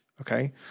okay